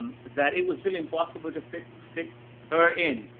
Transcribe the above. um that it was really impossible to fit, fit her in.